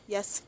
Yes